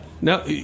No